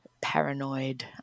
paranoid